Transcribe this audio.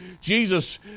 Jesus